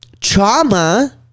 trauma